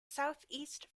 southeast